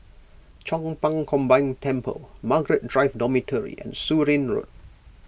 Chong Pang Combined Temple Margaret Drive Dormitory and Surin Road